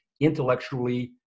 intellectually